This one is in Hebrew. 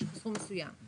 יש סכום מסוים.